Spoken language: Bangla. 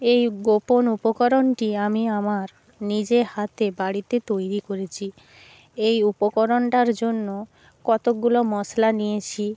এই গোপন উপকরণটি আমি আমার নিজে হাতে বাড়িতে তৈরি করেছি এই উপকরণটার জন্য কতকগুলো মশলা নিয়েছি